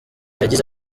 yagize